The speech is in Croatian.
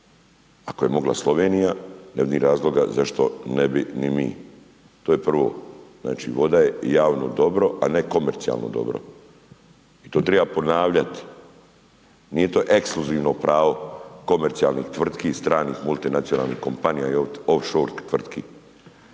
Ako je mogla Slovenija, ne vidim razloga zašto ne bi i mi. To je prvo. Znači, voda je javno dobro, a ne komercijalno dobro. To treba ponavljati. Nije to ekskluzivno pravo komercijalnih tvrtki i stranih multinacionalnih kompanija i offshore tvrtki.